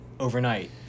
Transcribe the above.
Overnight